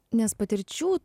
nes patirčių